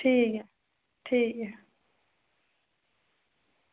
ठीक ऐ ठीक ऐ